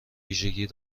ویژگی